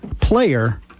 player